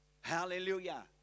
Hallelujah